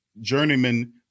journeyman